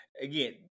Again